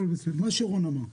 מה שרון אמר.